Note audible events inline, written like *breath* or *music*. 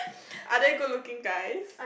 *breath* are there good looking guys